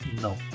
no